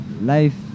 life